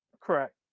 Correct